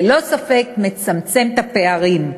וזה ללא ספק מצמצם את הפערים,